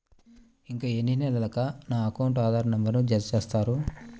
ఇంకా ఎన్ని నెలలక నా అకౌంట్కు ఆధార్ నంబర్ను జత చేస్తారు?